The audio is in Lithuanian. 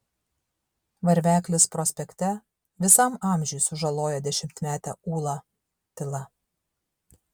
varveklis prospekte visam amžiui sužaloja dešimtmetę ulą tyla